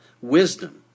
wisdom